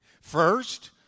First